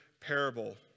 parable